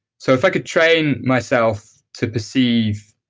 so if i could train myself to perceive